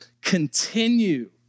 Continue